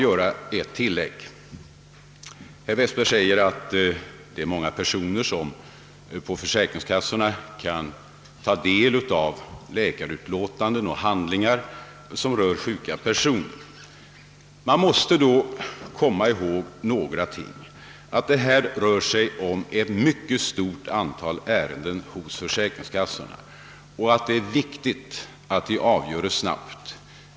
Herr Westberg säger vidare att många personer på försäkringskassorna kan ta del av läkarutlåtanden och handlingar som rör sjuka personer. Man måste då komma ihåg att det rör sig om ett mycket stort antal ärenden och att det är viktigt att de avgöres snabbt.